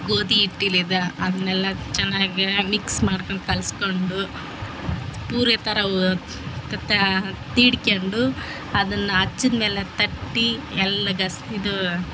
ಗೋದಿ ಇಟ್ಟಿ ಇಲ್ಲಿದೆ ಅದ್ನೇಲ್ಲ ಚೆನ್ನಾಗೆ ಮಿಕ್ಸ್ ಮಾಡ್ಕೊಂಡು ಕಲ್ಸ್ಕೊಂಡು ಪೂರಿ ಥರ ತತ್ಯಾ ತೀಡ್ಕೆಂಡು ಅದನ್ನ ಹಚ್ಚಿದ ಮೇಲೆ ತಟ್ಟಿ ಎಲ್ಲ ಗಸ್ ಇದು